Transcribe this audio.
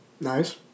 Nice